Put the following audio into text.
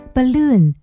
Balloon